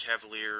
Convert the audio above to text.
Cavalier